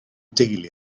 deulu